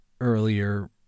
earlier